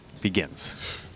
begins